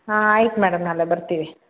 ಹಾಂ ಆಯ್ತು ಮೇಡಮ್ ನಾಳೆ ಬರ್ತೀವಿ